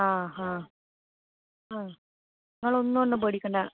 ആ ഹാ ആ നിങ്ങളൊന്നു കൊണ്ടും പേടിക്കണ്ടാ